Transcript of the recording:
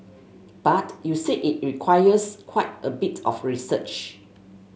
but you said it requires quite a bit of research